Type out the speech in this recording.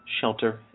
shelter